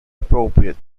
appropriate